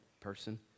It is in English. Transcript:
person